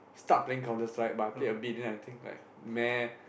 start playing Counter Strike but I play a bit then I think like !meh!